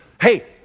hey